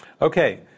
Okay